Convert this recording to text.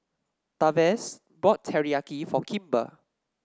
Tavares bought Teriyaki for Kimber